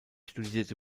studierte